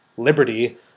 liberty